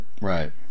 Right